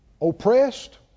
Oppressed